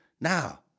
Now